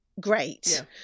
great